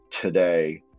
today